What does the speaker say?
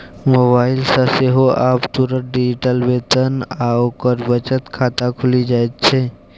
mobile सँ सेहो आब तुरंत डिजिटल वेतन आओर बचत खाता खुलि जाइत छै